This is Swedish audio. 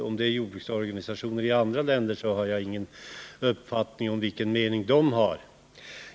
Om det är jordbruksorganisationer i andra länder som avses har jag ingen uppfattning om riktigheten —jag vet inte vilken mening de har.